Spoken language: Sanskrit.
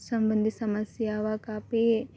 सम्बन्धिसमस्या वा कापि